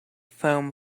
foam